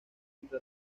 entre